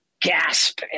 gasp